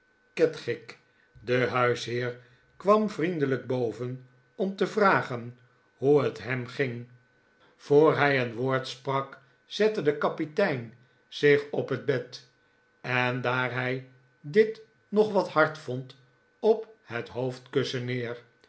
de huisheer kwam vriendelijk boven om te vragen hoe het hem ging voor hij een woord sprak zette de kapitein zich op het bed en daar hij dit nog wat hard vond op het hoofdkussen neer